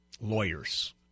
Lawyers